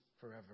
forever